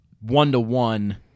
one-to-one